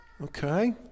Okay